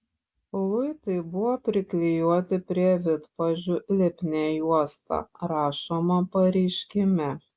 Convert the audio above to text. luitai buvo priklijuoti prie vidpadžių lipnia juosta rašoma pareiškime